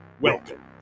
Welcome